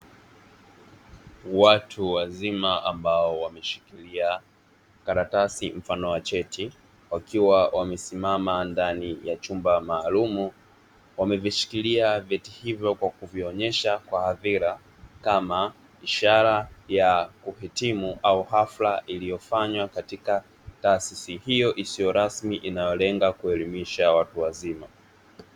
Watu wazima ambao wameshikilia karatasi mfano wa cheti, wakiwa wamesimama ndani ya chumba maalumu; wamevishikilia vyeti hivyo kwa kuvionyesha kwa hadhira kama ishara ya kuhitimu au hafla iliyofanywa katika taasisi hiyo isiyo rasmi inayolenga kuelimisha watu wazima.